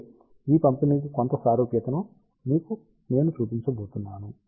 అయితే ఈ పంపిణీకి కొంత సారూప్యతను నేను మీకు చూపించబోతున్నాను